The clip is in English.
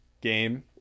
game